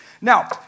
Now